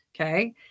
Okay